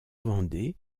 vendée